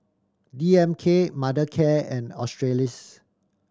D M K Mothercare and Australis